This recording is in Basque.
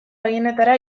gehienetara